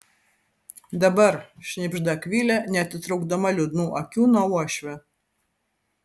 dabar šnibžda akvilė neatitraukdama liūdnų akių nuo uošvio